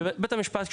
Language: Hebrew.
בית המשפט,